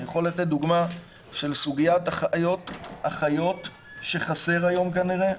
אני יכול לתת דוגמה של סוגיית אחיות שחסר היום כנראה,